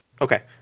Okay